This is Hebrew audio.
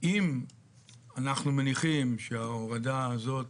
אם אנחנו מניחים שההורדה הזאת,